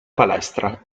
palestra